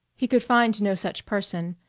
he could find no such person,